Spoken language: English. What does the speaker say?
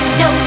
no